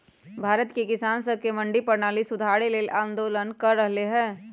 भारत के किसान स मंडी परणाली सुधारे ल आंदोलन कर रहल हए